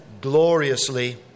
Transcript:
gloriously